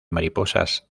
mariposas